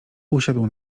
usiadł